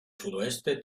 sudoeste